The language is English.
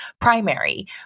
primary